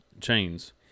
chains